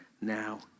now